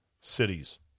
cities